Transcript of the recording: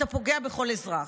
אתה פוגע בכל אזרח.